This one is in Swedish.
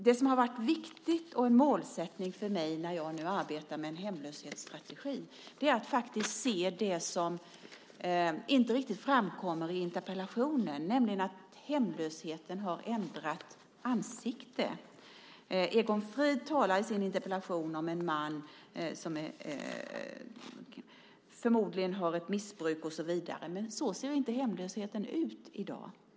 Det som har varit viktigt och en målsättning för mig när jag nu arbetar med en hemlöshetsstrategi är att faktiskt se det som inte riktigt framkommer i interpellationen, nämligen att hemlösheten har ändrat ansikte. Egon Frid talar i sin interpellation om en man som förmodligen har ett missbruk och så vidare. Men så ser inte hemlösheten ut i dag.